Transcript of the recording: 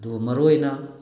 ꯑꯗꯨꯒ ꯃꯔꯨꯑꯣꯏꯅ